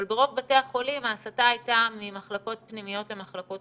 ההסטה הייתה ממחלקות פנימיות למחלקות